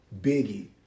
Biggie